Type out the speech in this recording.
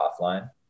offline